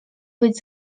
być